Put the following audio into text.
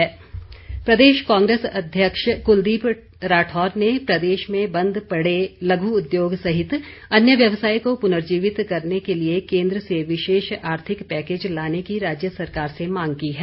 कुलदीप राठौर प्रदेश कांग्रेस अध्यक्ष कुलदीप राठौर ने प्रदेश में बंद पड़े लघु उद्योग सहित अन्य व्यवसाय को पुनर्जीवित करने के लिए केन्द्र से विशेष आर्थिक पैकेज लाने की राज्य सरकार से मांग की है